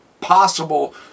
possible